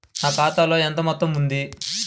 నా ఖాతాలో ఎంత మొత్తం ఉంది?